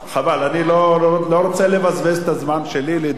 אני לא רוצה לבזבז את הזמן שלי ולהתווכח,